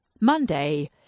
Monday